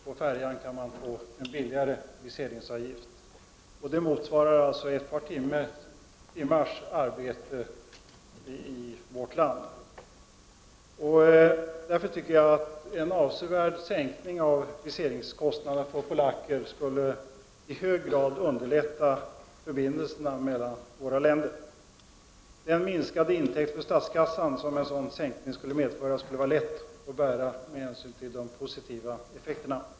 På färjan kan man få en lägre viseringsavgift. Avgiften motsvarar ett par timmars arbete i vårt land. En avsevärd sänkning av viseringskostnaden för polacker skulle enligt min mening i hög grad underlätta förbindelserna mellan våra länder. Den minskade intäkten för statskassan, som en sådan sänkning skulle medföra, skulle vara lätt att bära med tanke på de positiva effekterna.